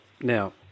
Now